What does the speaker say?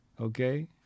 Okay